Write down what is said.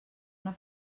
una